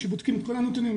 כשיבדקו את כל הנתונים,